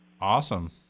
Awesome